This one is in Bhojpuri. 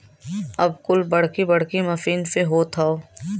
अब कुल बड़की बड़की मसीन से होत हौ